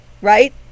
Right